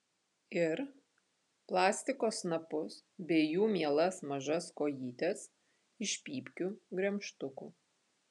ir plastiko snapus bei jų mielas mažas kojytes iš pypkių gremžtukų